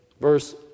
Verse